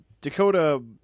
Dakota